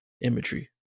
imagery